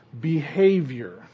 behavior